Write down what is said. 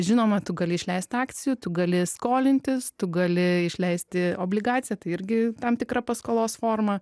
žinoma tu gali išleist akcijų tu gali skolintis tu gali išleisti obligaciją tai irgi tam tikra paskolos forma